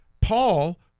paul